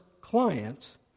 clients